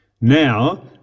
Now